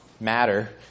matter